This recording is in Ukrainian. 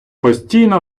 постійно